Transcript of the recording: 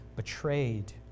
Betrayed